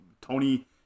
Tony